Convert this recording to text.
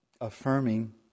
affirming